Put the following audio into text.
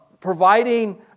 providing